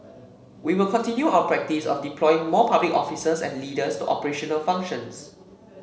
we will continue our practice of deploying more public officers and leaders to operational functions